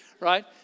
right